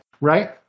right